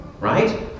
right